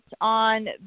on